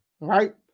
right